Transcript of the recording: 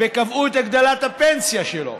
וקבעו את הגדלת הפנסיה שלו?